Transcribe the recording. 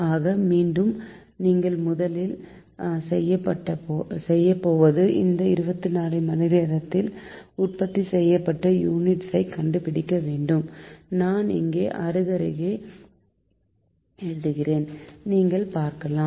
ஆக மீண்டும் நீங்கள் முதலில் செய்யப்போவது இந்த 24 மணிநேரத்தில் உற்பத்தி செய்யப்பட்ட யூனிட்ஸ் ஐ கண்டுபிடிக்க வேண்டும் நான் இங்கே அருகருகே எழுதுகிறேன் நீங்கள் பார்க்கலாம்